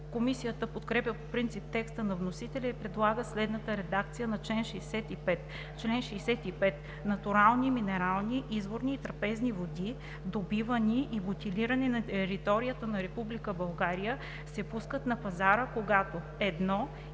Комисията подкрепя по принцип текста на вносителя и предлага следната редакция на чл. 65: „Чл. 65. Натурални минерални, изворни и трапезни води, добивани и бутилирани на територията на Република България, се пускат на пазара, когато: